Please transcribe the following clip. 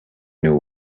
new